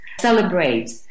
celebrate